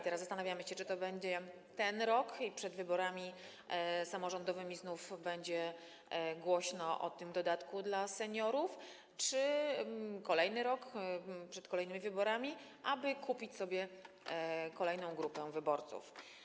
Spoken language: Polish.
Teraz zastanawiamy się, czy to będzie ten rok i przed wyborami samorządowymi znów będzie głośno o dodatku dla seniorów, czy kolejny rok, przed kolejnymi wyborami, aby kupić sobie kolejną grupę wyborców.